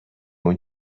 اون